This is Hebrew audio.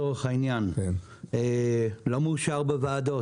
הוא לא מאושר בוועדות.